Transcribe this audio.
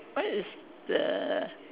what is the